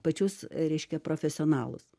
pačius reiškia profesionalus